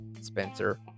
Spencer